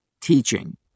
teaching